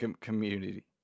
community